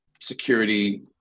security